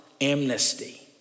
amnesty